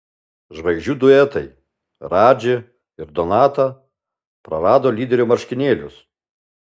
žvaigždžių duetai radži ir donata prarado lyderio marškinėlius